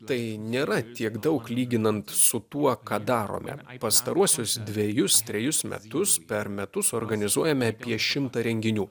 tai nėra tiek daug lyginant su tuo ką darome pastaruosius dvejus trejus metus per metus organizuojame apie šimtą renginių